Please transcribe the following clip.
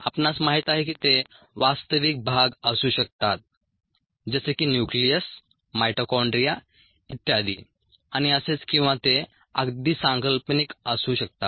आपणास माहित आहे की ते वास्तविक भाग असू शकतात जसे की न्यूक्लियस माइटोकॉन्ड्रिया इत्यादी आणि असेच किंवा ते अगदी सांकल्पनिक असू शकतात